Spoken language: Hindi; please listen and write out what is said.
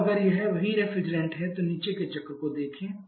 अब अगर यह वही रेफ्रिजरेंट है तो नीचे के चक्र को देखें